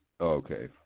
Okay